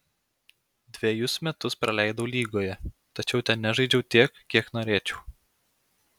dvejus metus praleidau lygoje tačiau ten nežaidžiau tiek kiek norėčiau